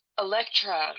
Electra